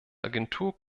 agentur